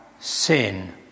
sin